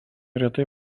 retai